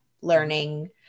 learning